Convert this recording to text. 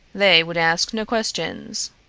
they would ask no questions.